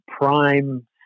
prime